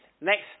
next